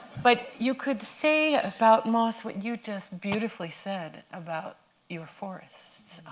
but you could say, about moss, what you just beautifully said about your forests,